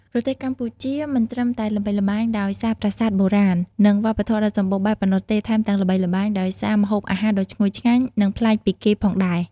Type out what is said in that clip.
ប្រទេសកម្ពុជាមិនត្រឹមតែល្បីល្បាញដោយសារប្រាសាទបុរាណ និងវប្បធម៌ដ៏សម្បូរបែបប៉ុណ្ណោះទេ ថែមទាំងល្បីល្បាញដោយសារ ម្ហូបអាហារដ៏ឈ្ងុយឆ្ងាញ់ និងប្លែកពីគេផងដែរ ។